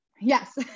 Yes